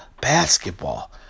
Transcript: basketball